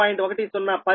10 p